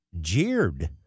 jeered